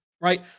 right